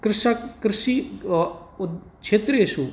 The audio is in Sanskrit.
कृषिक्षेत्रेषु